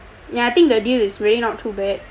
I think the deal is really not too bad and